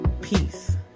Peace